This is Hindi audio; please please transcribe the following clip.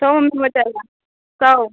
सौ में हमें चलना सौ